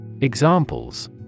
Examples